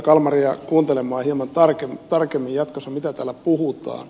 kalmaria kuuntelemaan hieman tarkemmin jatkossa mitä täällä puhutaan